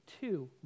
two